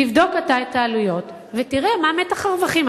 תבדוק אתה את העלויות ותראה מה מתח הרווחים.